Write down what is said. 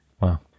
Wow